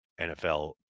NFL